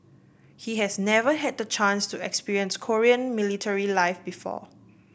he has never had the chance to experience Korean military life before